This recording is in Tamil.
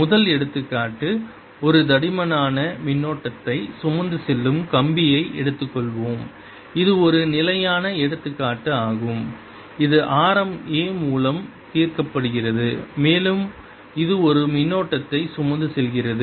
முதல் எடுத்துக்காட்டு ஒரு தடிமனான மின்னோட்டத்தை சுமந்து செல்லும் கம்பியை எடுத்துக்கொள்வோம் இது ஒரு நிலையான எடுத்துக்காட்டு ஆகும் இது ஆரம் a மூலம் தீர்க்கப்படுகிறது மேலும் இது ஒரு மின்னோட்டத்தை சுமந்து செல்கிறது